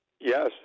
Yes